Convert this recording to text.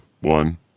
one